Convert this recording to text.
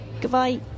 Goodbye